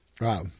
Wow